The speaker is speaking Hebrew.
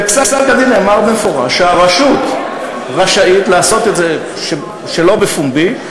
ובפסק-הדין נאמר במפורש שהרשות רשאית לעשות את זה שלא בפומבי,